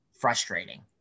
frustrating